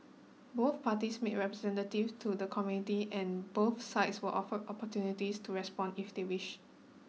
both parties made representative to the Community and both sides were offered opportunities to respond if they wished